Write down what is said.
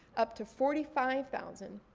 up to forty five thousand,